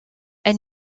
elle